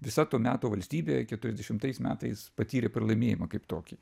visa to meto valstybė keturiasdešimtais metais patyrė pralaimėjimą kaip tokį